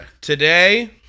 Today